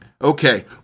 Okay